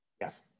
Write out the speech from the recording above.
Yes